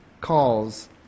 calls